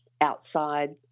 outside